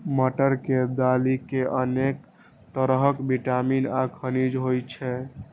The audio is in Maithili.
मटर के दालि मे अनेक तरहक विटामिन आ खनिज होइ छै